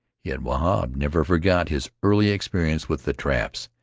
yet wahb never forgot his early experience with the traps.